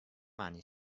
معنی